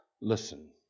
listen